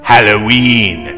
Halloween